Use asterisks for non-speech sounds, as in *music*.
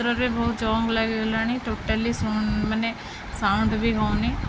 ପତ୍ରରେ ବହୁତ ଜଙ୍କ୍ ଲାଗି ଗଲାଣି ଟୋଟାଲି *unintelligible* ମାନେ ସାଉଣ୍ଡ୍ବି ହଉନି